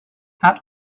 add